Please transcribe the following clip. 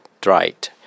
dried